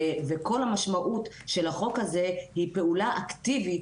וכל המשמעות של החוק הזה היא פעולה אקטיבית